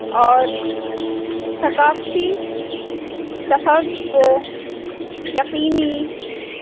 اور ثقافتی تحفظ کو یقینی